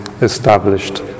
established